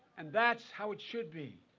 and that is how it should be.